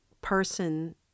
person